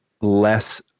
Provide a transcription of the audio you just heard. less